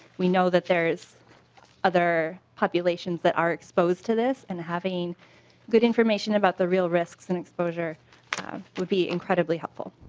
we know there is other populations that are exposed to this and having good information about the real risk and exposure would be incredibly helpful.